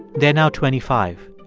they're now twenty five.